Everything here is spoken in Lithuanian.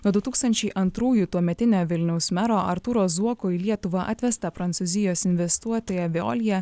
nuo du tūkstančiai antrųjų tuometinę vilniaus mero artūro zuoko į lietuvą atvesta prancūzijos investuotoja veolia